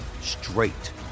straight